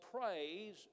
praise